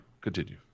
continue